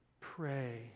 pray